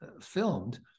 filmed